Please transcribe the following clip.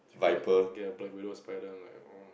get get a black widow spider and like